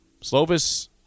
Slovis